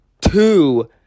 two